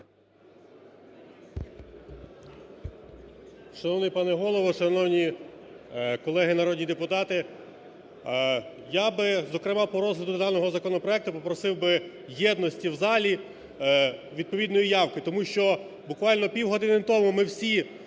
Шановний пане Голово, шановні колеги народні депутати! Я би, зокрема по розгляду даного законопроекту попросив би єдності у залі, відповідної явки, тому що буквально півгодини тому ми всі